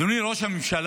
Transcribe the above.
אדוני ראש הממשלה,